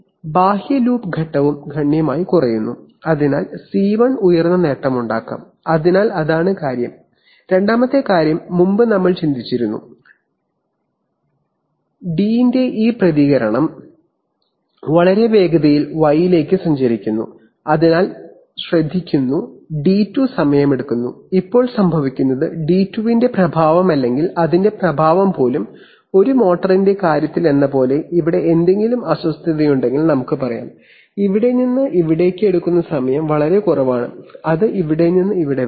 എന്നിട്ട് ബാഹ്യ ലൂപ്പ് ഘട്ടവും ഗണ്യമായി കുറയുന്നു അതിനാൽ സി 1 ഉയർന്ന നേട്ടമുണ്ടാക്കാം അതിനാൽ അതാണ് കാര്യം രണ്ടാമത്തെ കാര്യം മുമ്പ് നമ്മൾ ചിന്തിച്ചിരുന്നു ഡി 2 ന്റെ ഈ പ്രതികരണം2 വളരെ വേഗതയിൽ y ലേക്ക് സഞ്ചരിക്കുന്നു അതിനാൽ ശ്രദ്ധിക്കുന്നു d2 സമയമെടുക്കുന്നു ഇപ്പോൾ സംഭവിക്കുന്നത് d2 ന്റെ പ്രഭാവം അല്ലെങ്കിൽ അതിന്റെ പ്രഭാവം പോലും ഒരു മോട്ടറിന്റെ കാര്യത്തിലെന്നപോലെ ഇവിടെ എന്തെങ്കിലും അസ്വസ്ഥതയുണ്ടെങ്കിൽ നമുക്ക് പറയാം ഇവിടെ നിന്ന് ഇവിടേക്ക് എടുക്കുന്ന സമയം വളരെ കുറവാണ് അത് ഇവിടെ നിന്ന് ഇവിടെ വരെ